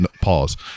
pause